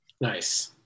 Nice